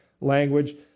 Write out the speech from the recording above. language